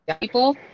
people